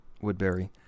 Woodbury